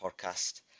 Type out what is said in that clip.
podcast